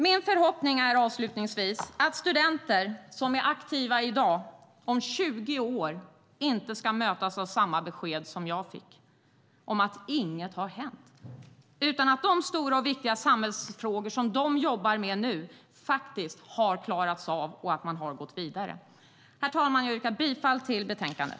Min förhoppning är, avslutningsvis, att studenter som är aktiva i dag om 20 år inte ska mötas av samma besked som jag fick om att inget har hänt, utan att de stora och viktiga samhällsfrågor som de jobbar med nu faktiskt har klarats av och att man har gått vidare. Herr talman! Jag yrkar bifall till förslaget i betänkandet.